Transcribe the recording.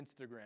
Instagram